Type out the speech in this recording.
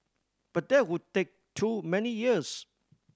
but that would take too many years